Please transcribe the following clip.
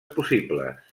possibles